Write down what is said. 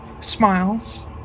smiles